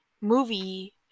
movie